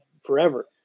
forever